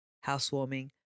Housewarming